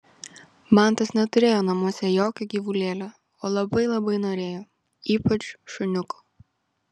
mantas neturėjo namuose jokio gyvulėlio o labai labai norėjo ypač šuniuko